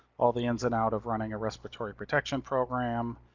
all the ins and out of running a respiratory protection program.